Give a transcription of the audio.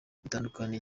bitandukanye